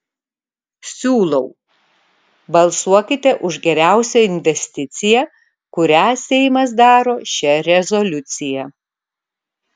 siūlau balsuokite už geriausią investiciją kurią seimas daro šia rezoliucija